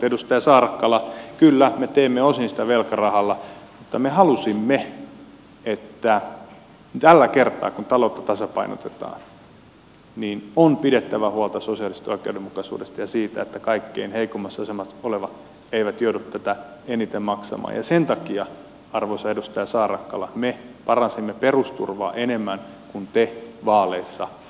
edustaja saarakkala kyllä me teemme sitä osin velkarahalla mutta me halusimme että tällä kertaa kun taloutta tasapainotetaan pidetään huolta sosiaalisesta oikeudenmukaisuudesta ja siitä että kaikkein heikoimmassa asemassa olevat eivät joudu tätä eniten maksamaan ja sen takia arvoisa edustaja saarakkala me paransimme perusturvaa enemmän kuin te vaaleissa esititte